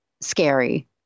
scary